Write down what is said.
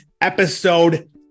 episode